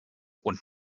und